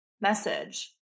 message